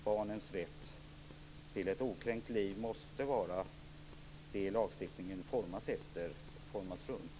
Barnens rätt till ett okränkt liv måste vara det som lagstiftningen formas efter och formas runt.